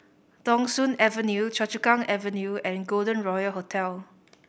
Thong Soon Avenue Choa Chu Kang Avenue and Golden Royal Hotel